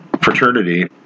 fraternity